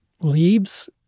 leaves